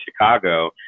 Chicago